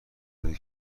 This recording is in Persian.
بده